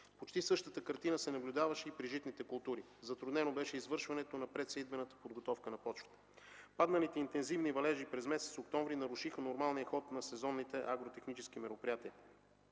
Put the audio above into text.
Почти същата картина се наблюдаваше и при житните култури. Затруднено беше извършването на предсеитбената подготовка на почвата. Падналите интензивни валежи през месец октомври нарушиха нормалния ход на сезонните агротехнически мероприятия.